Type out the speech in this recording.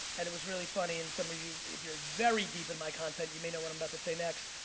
and it was really funny. and some of you, if you're very deep in my content, you might know what i'm about to say next.